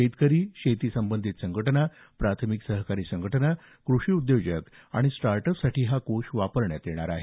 शेतकरी शेती संबंधित संघटना प्राथमिक सहकारी संघटना कृषी उद्योजक आणि स्टार्ट अपसाठी हा कोष वापरण्यात येणार आहे